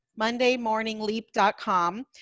MondayMorningLeap.com